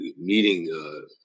meeting